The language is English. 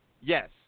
yes